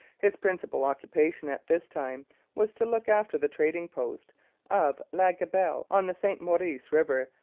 his principal occupation at this time was to look after the trading-post of la gabelle on the st maurice river,